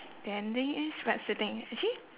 standingish but sitting actually